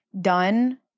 done